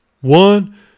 One